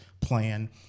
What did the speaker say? plan